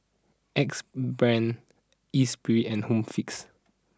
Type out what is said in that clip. Axe Brand Espirit and Home Fix